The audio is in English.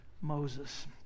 Moses